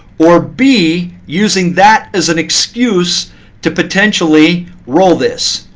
or b, using that as an excuse to potentially roll this.